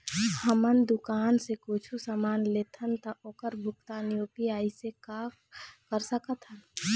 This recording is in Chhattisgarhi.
हमन दुकान से कुछू समान लेथन ता ओकर भुगतान यू.पी.आई से कर सकथन?